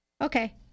Okay